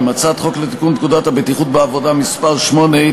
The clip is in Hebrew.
הצעת חוק לתיקון פקודת הבטיחות בעבודה (מס' 8),